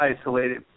isolated